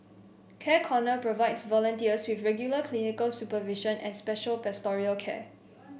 Care Corner provides volunteers with regular clinical supervision and special pastoral care